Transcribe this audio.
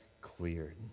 cleared